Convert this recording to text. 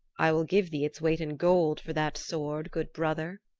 i will give thee its weight in gold for that sword, good brother,